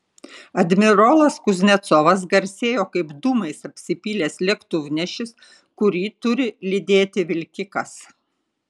admirolas kuznecovas garsėjo kaip dūmais apsipylęs lėktuvnešis kurį turi lydėti vilkikas